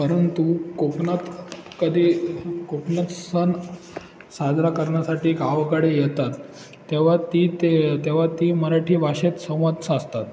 परंतु कोकणात कधी कोकणात सण साजरा करण्यासाठी गावाकडे येतात तेव्हा ती तेव्हा ती मराठी भाषेत संवाद साधतात